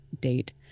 date